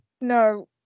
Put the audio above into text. No